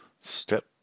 Step